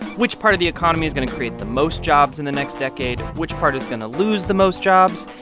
which part of the economy is going to create the most jobs in the next decade? which part is going to lose the most jobs?